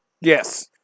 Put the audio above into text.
Yes